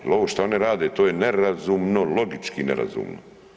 Jer ovo što oni rade, to je nerazumno, logički nerazumno.